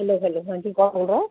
हलो hello हां जी कौन बोल रहा है